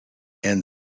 and